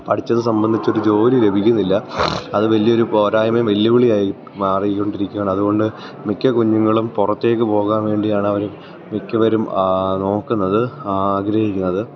പഠിച്ചത് സംബന്ധിച്ച് ഒരു ജോലി ലഭിക്കുന്നില്ല അത് വലിയൊരു പോരായ്മയും വെല്ലുവിളിയായി മാറിക്കൊണ്ടിരിക്കുകയാണ് അതുകൊണ്ട് മിക്ക കുഞ്ഞുങ്ങളും പുറത്തേക്ക് പോകാൻ വേണ്ടിയാണ് അവർ മിക്കവരും നോക്കുന്നത് ആഗ്രഹിക്കുന്നത്